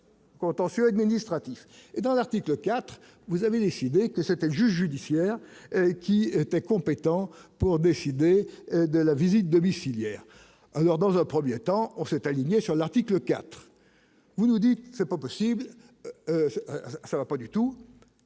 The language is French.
contentieux administratif et dans l'article IV, vous avez décidé que c'était le juge judiciaire qui était compétent pour décider de la visite domiciliaire alors dans un 1er temps on s'est aligné sur l'article IV, vous nous dites : c'est pas possible, ça va pas du tout